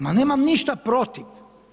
Ma nemam ništa protiv.